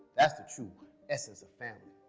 that's the true essence of family.